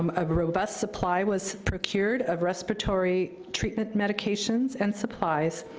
um a robust supply was procured, of respiratory treatment medications and supplies,